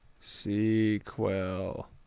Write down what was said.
Sequel